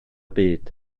byd